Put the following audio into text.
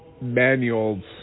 manuals